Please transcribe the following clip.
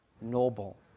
noble